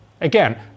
Again